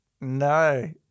No